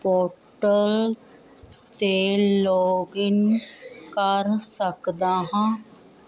portal 'ਤੇ login ਕਰ ਸਕਦਾ ਹਾਂ